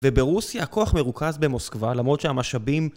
וברוסיה הכוח מרוכז במוסקבה למרות שהמשאבים